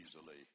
easily